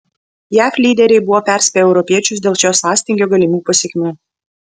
jav lyderiai buvo perspėję europiečius dėl šio sąstingio galimų pasekmių